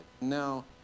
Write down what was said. now